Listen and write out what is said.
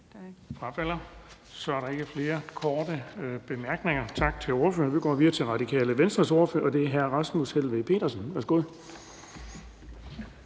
Så er der ikke flere korte bemærkninger. Tak til ordføreren. Vi går videre til Radikale Venstres ordfører, og det er det hr. Rasmus Helveg Petersen. Værsgo.